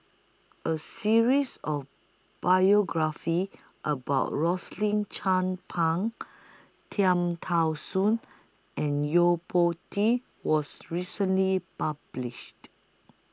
A series of biographies about Rosaline Chan Pang Cham Tao Soon and Yo Po Tee was recently published